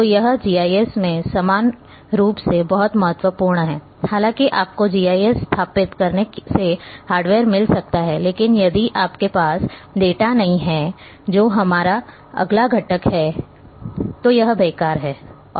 तो यह जीआईएस में समान रूप से बहुत महत्वपूर्ण है हालांकि आपको जी आई एस स्थापित करने से हार्डवेयर मिल सकता है लेकिन यदि आपके पास डेटा नहीं है जो हमारा अगला घटक है तो यह बेकार है